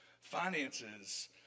finances